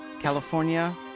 California